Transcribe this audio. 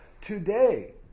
Today